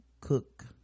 cook